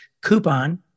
coupon